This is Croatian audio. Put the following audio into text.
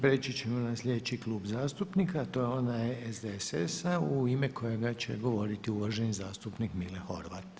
Priječi ćemo na sljedeći klub zastupnika a to je onaj SDSS-a u ime kojega će govoriti uvaženi zastupnik Mile Horvat.